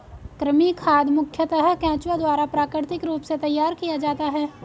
कृमि खाद मुखयतः केंचुआ द्वारा प्राकृतिक रूप से तैयार किया जाता है